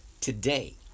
today